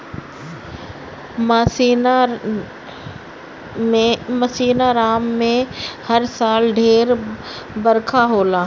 मासिनराम में हर साल ढेर बरखा होला